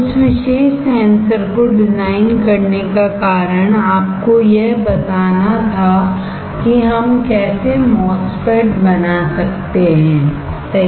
उस विशेष सेंसर को डिजाइन करने का कारण आपको यह बताना था कि हम कैसे MOSFET बना सकते हैं सही